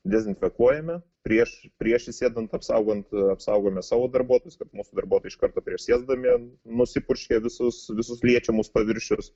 dezinfekuojame prieš prieš įsėdant apsaugant apsaugome savo darbuotojus kad mūsų darbuotojai iš karto prieš sėsdami nusipurškia visus visus liečiamus paviršius